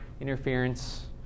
interference